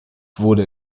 wurde